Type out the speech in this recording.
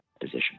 position